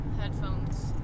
headphones